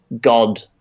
God